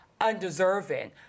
undeserving